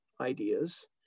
ideas